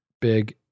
Big